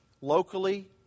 locally